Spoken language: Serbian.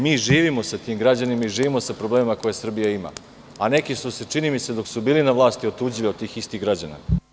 Mi živimo sa tim građanima i živimo sa problemima koje Srbija ima, a neki su se čini mi se dok su bili na vlasti, otuđili od tih istih građana.